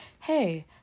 hey